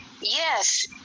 yes